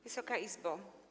Wysoka Izbo!